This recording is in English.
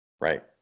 Right